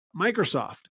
Microsoft